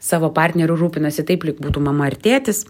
savo partneriu rūpinasi taip lyg būtų mama ar tėtis